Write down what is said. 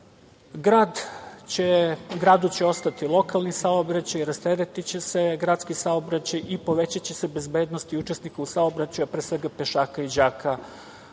gradu će ostati lokalni saobraćaj, rasteretiće se gradski saobraćaj i povećaće se bezbednost učesnika u saobraćaju, a pre svega pešaka i đaka